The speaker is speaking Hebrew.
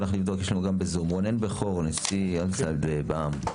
רונן בכור, נשיא אלמסד בע"מ.